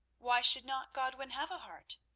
why should not godwin have a heart?